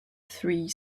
three